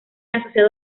asociado